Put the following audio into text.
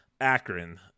Akron